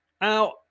out